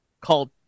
called